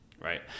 Right